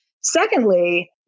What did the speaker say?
Secondly